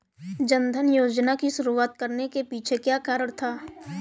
जन धन योजना की शुरुआत करने के पीछे क्या कारण था?